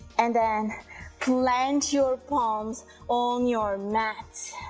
and then plant your palms on your mat,